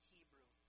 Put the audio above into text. Hebrew